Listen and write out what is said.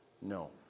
No